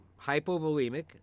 hypovolemic